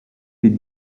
des